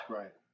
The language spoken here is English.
right